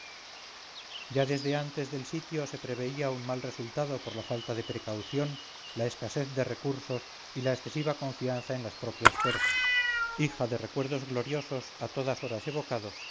ya desde antes del sitio se preveía un mal resultado por la falta de precaución la escasez de recursos y la excesiva confianza en las propias fuerzas hija de recuerdos gloriosos a todas horas evocados